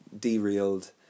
derailed